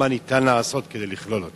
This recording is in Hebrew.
ומה ניתן לעשות כדי לכלול אותם?